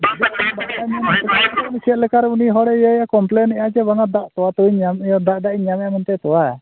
ᱪᱮᱫ ᱞᱮᱠᱟᱨᱮ ᱩᱱᱤ ᱦᱚᱲᱮ ᱠᱚᱢᱯᱞᱮᱱᱮᱜᱼᱟ ᱪᱮ ᱵᱟᱝᱟ ᱫᱟᱜ ᱛᱳᱣᱟ ᱛᱳᱣᱟᱧ ᱧᱟᱢᱮᱜᱼᱟ ᱫᱟᱜ ᱫᱟᱜ ᱤᱧ ᱧᱟᱢᱮᱫᱼᱟ ᱢᱮᱱᱛᱮ ᱛᱳᱣᱟ